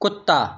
कुत्ता